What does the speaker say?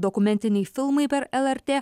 dokumentiniai filmai per lrt